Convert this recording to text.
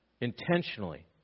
intentionally